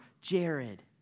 Jared